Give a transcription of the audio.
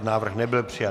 Návrh nebyl přijat.